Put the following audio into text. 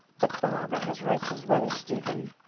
but barbara has rights as well as stephen.